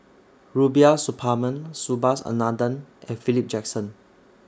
Rubiah Suparman Subhas Anandan and Philip Jackson